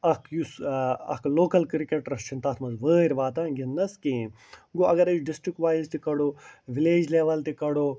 اکھ یُس ٲں اَکھ لوکل کِرکٹرَس چھُنہٕ تتھ منٛز وٲرۍ واتان گِنٛدنس کِہیٖنۍ گوٚو اگر أسۍ ڈِسٹِرٛک وایز تہِ کَڑو وِلیج لیٚول تہِ کَڑو